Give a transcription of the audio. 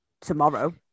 Tomorrow